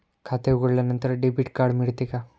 खाते उघडल्यानंतर debit card मिळते का?